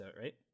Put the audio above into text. right